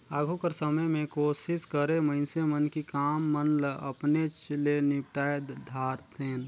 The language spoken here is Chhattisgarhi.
आघु कर समे में कोसिस करें मइनसे मन कि काम मन ल अपनेच ले निपटाए धारतेन